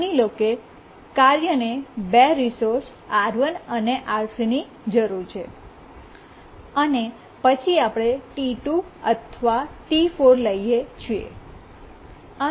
માની લો કે કાર્યને 2 રિસોર્સ R1 અને R3 ની જરૂર છે અને પછી આપણે T2 અથવા T4 લઈએ છીએ